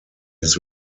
his